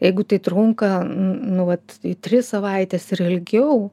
jeigu tai trunka nu vat ir tris savaites ir ilgiau